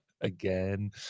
again